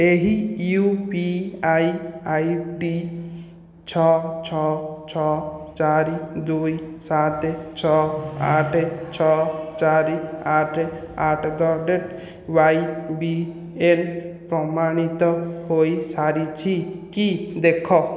ଏହି U P I I D ଛଅ ଛଅ ଛଅ ଚାରି ଦୁଇ ସାତ ଛଅ ଆଠ ଛଅ ଚାରି ଆଠ at the rate Y B L ପ୍ରମାଣିତ ହୋଇସାରିଛି କି ଦେଖ